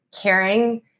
caring